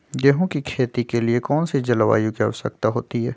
गेंहू की खेती के लिए कौन सी जलवायु की आवश्यकता होती है?